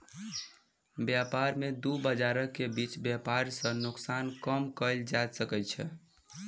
व्यापार में दू बजारक बीच व्यापार सॅ नोकसान कम कएल जा सकै छै